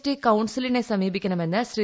T കൌൺസിലിനെ സമീപിക്കണമെന്ന് ശ്രീ